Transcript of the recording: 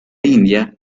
india